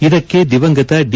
ಇದಕ್ಕೆ ದಿವಂಗತ ಡಿ